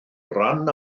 ran